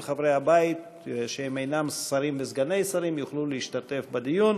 כל חברי הבית שאינם שרים וסגני שרים יוכלו להשתתף בדיון.